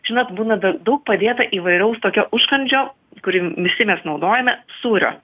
žinot būna da daug padėta įvairaus tokio užkandžio kurį visi mes naudojame sūrio